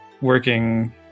working